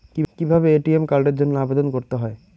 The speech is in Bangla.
কিভাবে এ.টি.এম কার্ডের জন্য আবেদন করতে হয়?